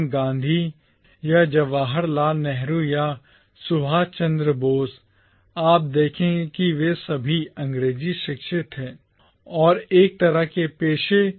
गांधी या जवाहरलाल नेहरू या सुभाष चंद्र बोस आप देखेंगे कि वे सभी अंग्रेजी शिक्षित थे और एक तरह के पेशे या अन्य में शामिल थे